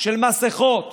של מסכות